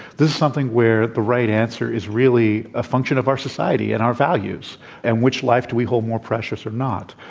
this is something where the right answer is really a function of our society and our values and which life do we hold more precious or not,